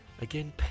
Again